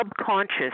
subconscious